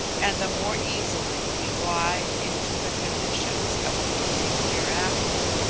and the more easily we glide into the conditions of being hereafter.